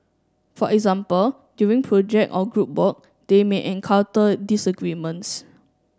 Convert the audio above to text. for example during project or group work they may encounter disagreements